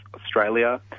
Australia